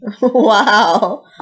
Wow